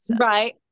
Right